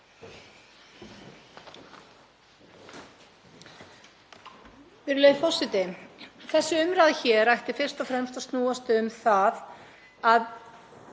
Þessi umræða hér ætti fyrst og fremst að snúast um það að